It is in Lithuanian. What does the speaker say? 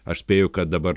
aš spėju kad dabar